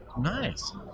nice